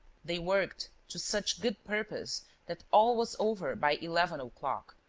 they worked to such good purpose that all was over by eleven o'clock.